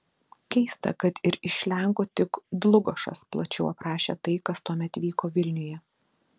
keista kad ir iš lenkų tik dlugošas plačiau aprašė tai kas tuomet vyko vilniuje